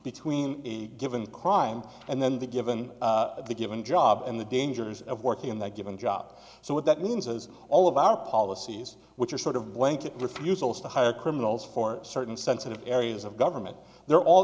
between a given crime and then the given the given job and the dangers of working in that given job so what that means is all of our policies which are sort of blanket refusals to hire criminals for certain sensitive areas of government they're all